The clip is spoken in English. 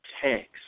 tanks